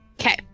Okay